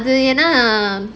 அது என்னனா:adhu ennanaa